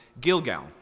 Gilgal